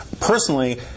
personally